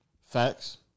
Facts